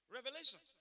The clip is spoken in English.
Revelation